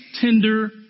tender